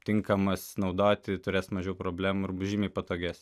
tinkamas naudoti turės mažiau problemų žymiai patogesnis